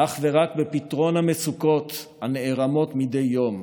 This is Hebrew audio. אך ורק בפתרון המצוקות הנערמות מדי יום,